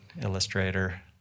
illustrator